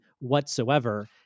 whatsoever